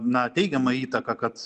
na teigiama įtaka kad